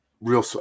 real